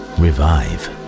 revive